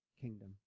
kingdom